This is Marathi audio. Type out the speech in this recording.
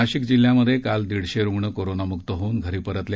नाशिक जिल्ह्यात काल दीडशे रुग्ण कोरोनामुक्त होऊन घरी परतले